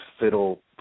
Fiddle